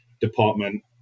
department